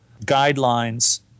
guidelines